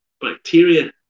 bacteria